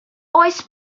oes